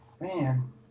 Man